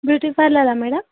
beauty పార్లరా madam